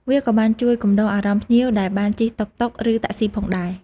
វាក៏បានជួយកំដរអារម្មណ៍ភ្ញៀវដែលបានជិះតុកតុកឬតាក់ស៊ីផងដែរ។